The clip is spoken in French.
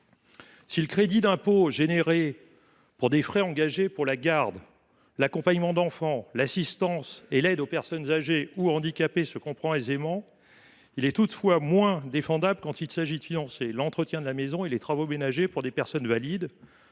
du crédit d’impôt prévu pour des frais engagés pour la garde, l’accompagnement d’enfants, l’assistance et l’aide aux personnes âgées ou handicapées se comprend aisément, il est toutefois moins défendable quand il s’agit de financer l’entretien de la maison et les travaux ménagers pour des personnes valides.